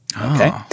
Okay